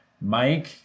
Mike